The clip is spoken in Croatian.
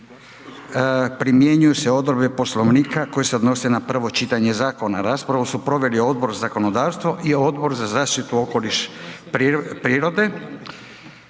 primjenjuju se odredbe Poslovnika koji se odnose na prvo čitanje zakona. Raspravu su proveli Odbor za zakonodavstvo i Odbor za zaštitu okoliša i prirode.